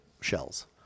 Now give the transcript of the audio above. shells